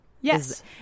Yes